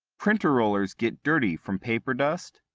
printer rollers get dirty from paper dust,